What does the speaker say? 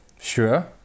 sure